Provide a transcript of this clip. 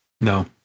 no